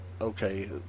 okay